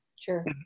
sure